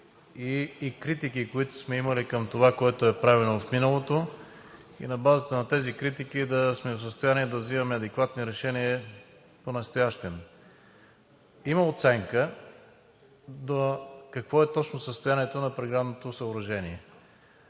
и критики, които сме имали към това, което е правено в миналото, и на базата на тези критики да сме в състояние да взимаме адекватни решения понастоящем. Има оценка какво е точното състоянието на преградното съоръжение.